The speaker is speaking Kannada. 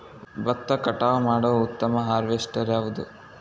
ಭತ್ತ ಕಟಾವು ಮಾಡುವ ಉತ್ತಮ ಹಾರ್ವೇಸ್ಟರ್ ಯಾವುದು?